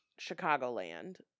Chicagoland